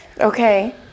Okay